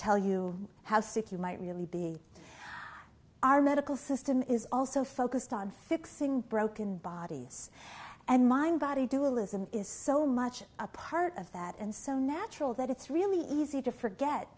tell you how sick you might really be our medical system is also focused on fixing broken bodies and mind body dualism is so much a part of that and so natural that it's really easy to forget